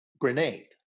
grenade